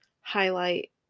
highlight